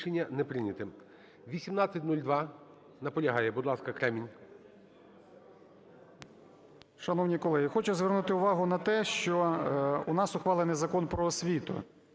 Рішення не прийнято.